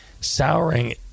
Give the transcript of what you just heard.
Souring